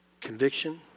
conviction